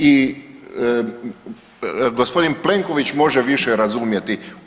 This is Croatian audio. I gospodin Plenković može više razumjeti.